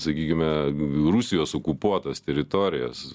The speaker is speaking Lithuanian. sakykime rusijos okupuotas teritorijas